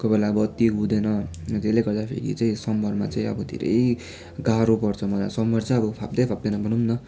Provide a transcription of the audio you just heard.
कोही बेला अब बत्ती हुँदैन त्यसले गर्दाखेरि चाहिँ समरमा चाहिँ अब धेरै गाह्रो पर्छ मलाई समर चाहिँ अब फाप्दै फाप्दैन भनौं न